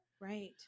Right